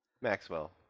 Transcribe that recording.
Maxwell